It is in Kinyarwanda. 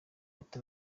ati